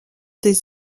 des